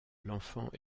l’enfant